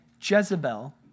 Jezebel